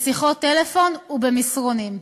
בשיחות טלפון ובמסרונים.